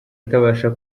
atabasha